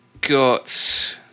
got